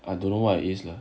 I don't know what it is lah